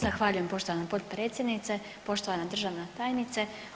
Zahvaljujem poštovana potpredsjednice, poštovana državna tajnice.